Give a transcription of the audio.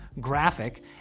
graphic